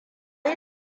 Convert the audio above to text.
yi